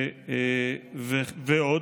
ועוד,